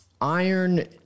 iron